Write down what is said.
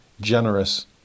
generous